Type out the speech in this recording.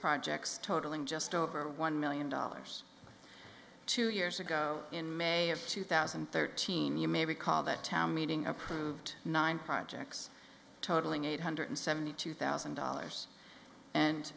projects totaling just over one million dollars two years ago in may of two thousand and thirteen you may recall that town meeting approved nine projects totaling eight hundred seventy two thousand